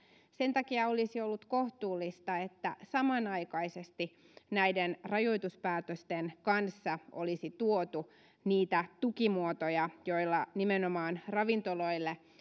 sen takia olisi ollut kohtuullista että samanaikaisesti näiden rajoituspäätösten kanssa olisi tuotu niitä tukimuotoja joilla nimenomaan ravintoloille